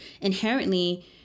inherently